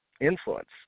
influence